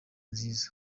nziza